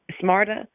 smarter